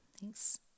Thanks